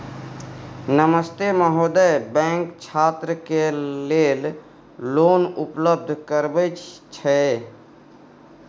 नमस्ते महोदय, बैंक छात्र के लेल लोन उपलब्ध करबे छै?